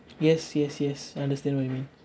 yes yes yes I understand what you mean